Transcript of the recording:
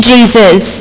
Jesus